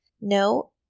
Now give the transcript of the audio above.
No